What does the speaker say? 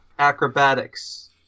acrobatics